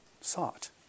sought